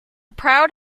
proud